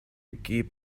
give